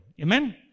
amen